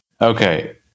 Okay